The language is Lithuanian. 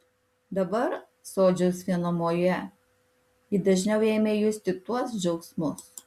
dabar sodžiaus vienumoje ji dažniau ėmė justi tuos džiaugsmus